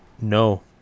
No